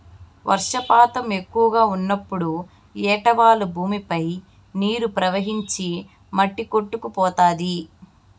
వర్షపాతం ఎక్కువగా ఉన్నప్పుడు ఏటవాలు భూమిపై నీరు ప్రవహించి మట్టి కొట్టుకుపోతాది